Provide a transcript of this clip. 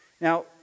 Now